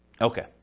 Okay